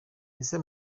ese